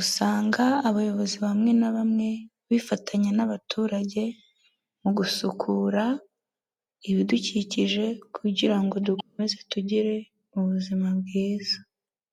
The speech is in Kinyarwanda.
Usanga abayobozi bamwe na bamwe bifatanya n'abaturage mu gusukura ibidukikije kugira ngo dukomeze tugire ubuzima bwiza.